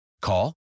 Call